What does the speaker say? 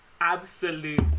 absolute